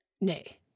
nay